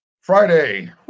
Friday